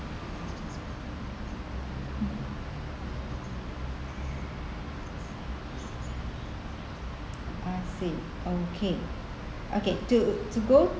I see okay okay to to go